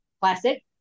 classic